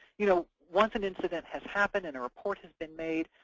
you know once an incident has happened and a report has been made,